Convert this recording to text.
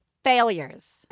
Failures